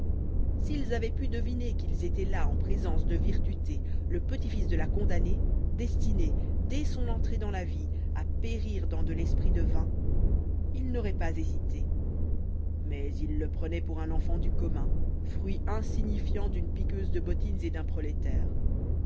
s'ils avaient pu deviner qu'ils étaient là en présence de virtuté le petit-fils de la condamnés destiné dès son entrée dans la vie à périr dans de l'esprit de vin ils n'auraient pas hésité mais ils le prenaient pour un enfant du commun fruit insignifiant d'une piqueuse de bottines et d'un prolétaire